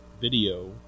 video